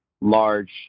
large